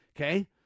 okay